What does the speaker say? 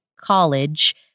college